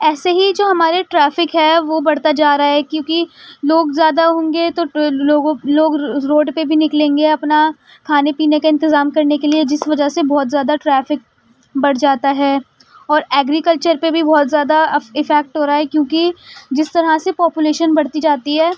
ایسے ہی جو ہمارے ٹریفک ہے وہ بڑھتا جا رہا ہے کیوںکہ لوگ زیادہ ہوں گے تو لوگ روڈ پہ بھی نکلیں گے اپنا کھانے پینے کا انتظام کرنے کے لیے جس وجہ سے بہت زیادہ ٹریفک بڑھ جاتا ہے اور ایگریکلچر پہ بھی بہت زیادہ ایفیکٹ ہو رہا ہے کیوںکہ جس طرح سے پاپولیشن بڑھتی جاتی ہے